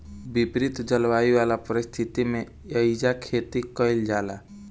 विपरित जलवायु वाला परिस्थिति में एइजा खेती कईल जाला